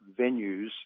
venues